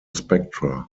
spectra